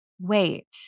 wait